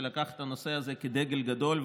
שלקח את הנושא הזה כדגל גדול,